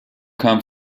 kam